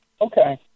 Okay